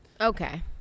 Okay